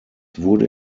wurde